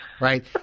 right